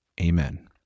amen